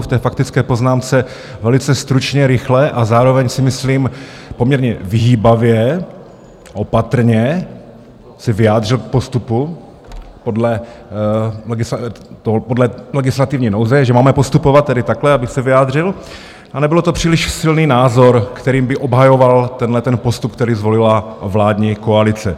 V té faktické poznámce velice stručně, rychle a zároveň si myslím poměrně vyhýbavě, opatrně se vyjádřil k postupu podle legislativní nouze, že máme postupovat tedy takhle, abych se vyjádřil, a nebyl to příliš silný názor, kterým by obhajoval tenhleten postup, který zvolila vládní koalice.